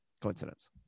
Coincidence